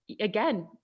again